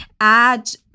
add